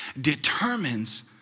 determines